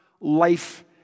life